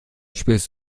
spürst